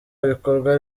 bikorwa